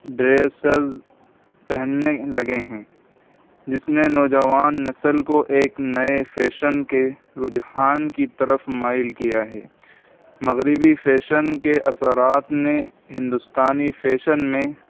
dresses پہننے لگے ہیں جس میں نوجوان نسل کو ایک نئے فیشن کے رجحان کی طرف مائل کیا ہے مغربی فیشن کے اثرات نے ہندوستانی فیشن میں